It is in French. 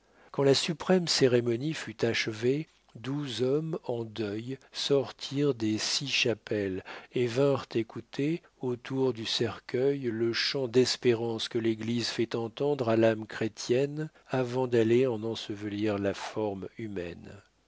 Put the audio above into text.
quand la suprême cérémonie fut achevée douze hommes en deuil sortirent des six chapelles et vinrent écouter autour du cercueil le chant d'espérance que l'église fait entendre à l'âme chrétienne avant d'aller en ensevelir la forme humaine